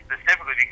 Specifically